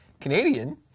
Canadian